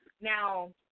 Now